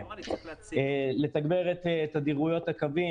לתגבר את תדירויות הקווים,